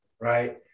right